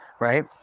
Right